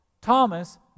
Thomas